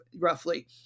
roughly